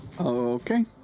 Okay